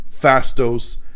Fastos